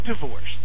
divorced